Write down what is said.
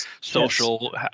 social